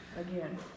again